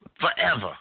forever